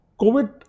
COVID